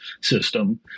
system